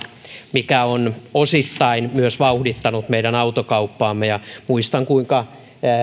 mikä on osittain vauhdittanut meidän autokauppaamme muistan kuinka